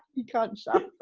you can't shut